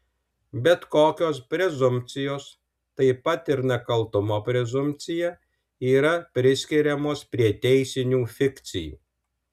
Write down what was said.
bet kokios prezumpcijos taip pat ir nekaltumo prezumpcija yra priskiriamos prie teisinių fikcijų